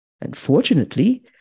Unfortunately